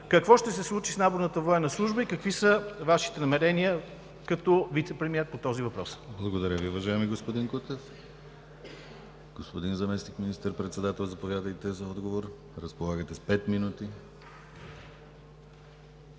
какво ще се случи с наборната военна служба и какви са Вашите намерения като вицепремиер по този въпрос? ПРЕДСЕДАТЕЛ ДИМИТЪР ГЛАВЧЕВ: Благодаря Ви, уважаеми господин Кутев. Господин Заместник министър-председател, заповядайте за отговор. Разполагате с пет минути.